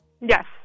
Yes